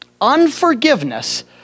Unforgiveness